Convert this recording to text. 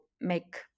make